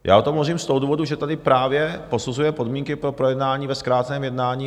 Já o tom hovořím z toho důvodu, že tady právě posuzujeme podmínky pro projednání ve zkráceném jednání.